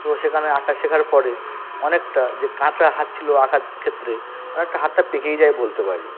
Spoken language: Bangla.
তো সেখানে আঁকা শেখার পরে অনেকটা যে কাঁচা হাত ছিলো আঁকার ক্ষেত্রে অনেকটা হাতটা পেকেই যায় বলতে পারি